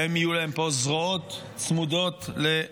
ואם יהיו להן פה זרועות צמודות לאשקלון,